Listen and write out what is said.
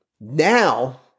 Now